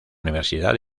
universidad